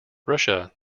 russia